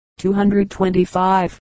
225